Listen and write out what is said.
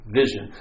vision